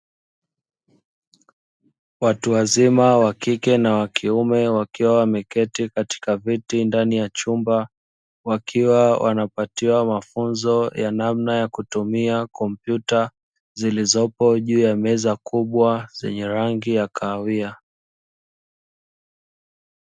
Watu wazima wa kike na wa kiume, wakiwa wameketi katika viti ndani ya chumba. Wakiwa wanapatiwa mafunzo ya kutumia kompyuta zilizopo juu ya meza kubwa zenye rangi ya kahawia.